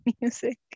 music